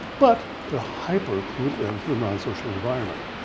but they're hyper clued in to the non-social environment.